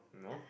no